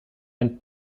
and